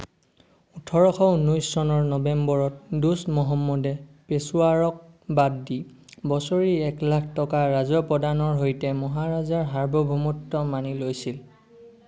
ওঠৰশ ঊনৈশ চনৰ নৱেম্বৰত দোষ্ট মহম্মদে পেছোৱাৰক বাদ দি বছৰি এক লাখ টকা ৰাজহ প্ৰদানৰ সৈতে মহাৰাজাৰ সাৰ্বভৌমত্ব মানি লৈছিল